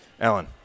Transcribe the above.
Alan